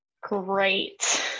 Great